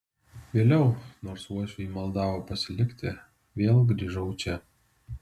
vėliau nors uošviai maldavo pasilikti vėl grįžau čia